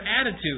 attitude